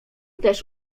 też